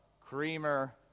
creamer